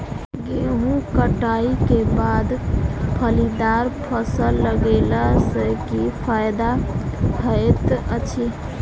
गेंहूँ कटाई केँ बाद फलीदार फसल लगेला सँ की फायदा हएत अछि?